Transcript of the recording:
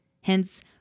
Hence